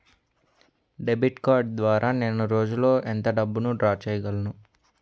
Debit card ద్వారా నేను రోజు లో ఎంత డబ్బును డ్రా చేయగలను?